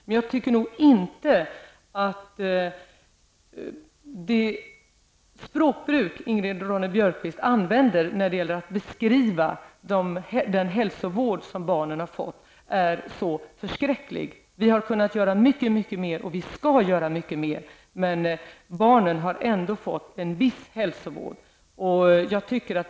Men man bör inte som Ingrid Ronne Björkqvist beskriva den hälsovård barnen har fått som förskräcklig. Vi har kunnat göra mycket mer, och vi skall göra mycket mer, men barnen har ändå fått en viss hälsovård.